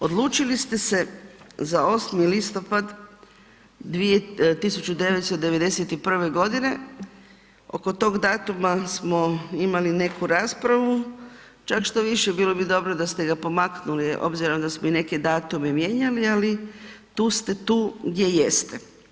Odlučili ste se za 8. listopada 1991. g. Oko tog datuma smo imali neku raspravu, čak štoviše bilo bi dobro da ste ga pomaknuli obzirom da smo i neke datume mijenjali, ali tu ste tu gdje jeste.